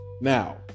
Now